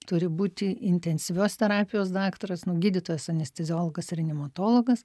turi būti intensyvios terapijos daktaras gydytojas anesteziologas reanimatologas